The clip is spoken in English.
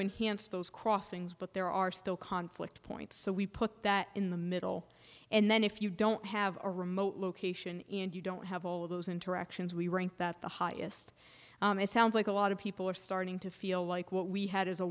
wants those crossings but there are still conflict points so we put that in the middle and then if you don't have a remote location and you don't have all of those interactions we rank that the highest sounds like a lot of people are starting to feel like what we had is a